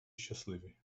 щасливий